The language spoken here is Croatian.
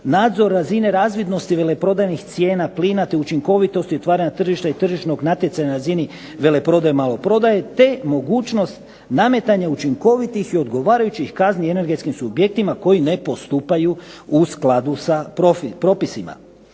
nadzor razine razvidnosti veleprodajnih cijena plina, te učinkovitosti otvaranja tržišta i tržišnog natjecanja na razini veleprodaje i maloprodaje, te mogućnost nametanja učinkovitih i odgovarajućih kazni energetskim subjektima koji ne postupaju u skladu sa propisima.